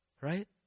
Right